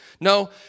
No